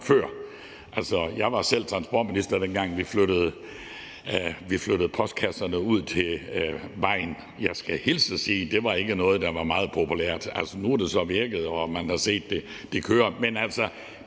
før. Jeg var selv transportminister, dengang vi flyttede postkasserne ud til vejen. Jeg skal hilse og sige, at det ikke var noget, der var meget populært. Nu har det så virket, og man har set, at det kører.